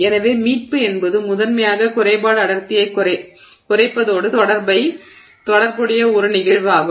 எனவே மீட்பு என்பது முதன்மையாக குறைபாடு அடர்த்தியைக் குறைப்பதோடு தொடர்புடைய ஒரு நிகழ்வு ஆகும்